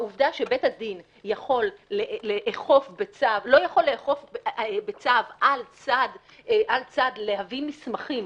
העובדה שבית הדין לא יכול לאכוף בצו על צד להביא מסמכים,